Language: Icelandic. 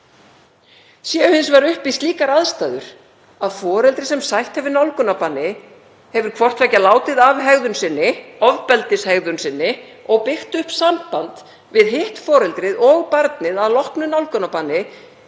Séu hins vegar uppi slíkar aðstæður að foreldri sem sætt hefur nálgunarbanni hefur hvort tveggja látið af hegðun sinni, ofbeldishegðun sinni, og byggt upp samband við hitt foreldrið og barnið að loknu nálgunarbanni